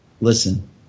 Listen